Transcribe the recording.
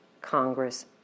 Congress